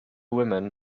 women